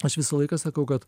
aš visą laiką sakau kad